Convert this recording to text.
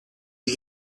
die